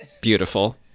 Beautiful